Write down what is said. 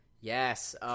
yes